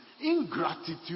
ingratitude